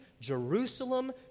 Jerusalem